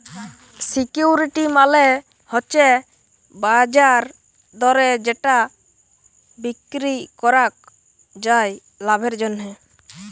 security মালে হচ্যে বাজার দরে যেটা বিক্রি করাক যায় লাভের জন্যহে